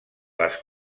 les